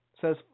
says